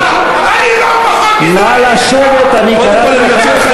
נא לשבת, חבר הכנסת עיסאווי פריג'.